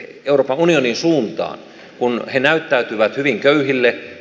jurva unionin suuntaan kun he näyttäytyvät hyvin köyhille